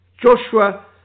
Joshua